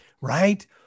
Right